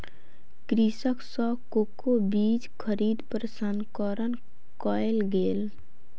कृषक सॅ कोको बीज खरीद प्रसंस्करण कयल गेल